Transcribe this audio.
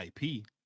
ip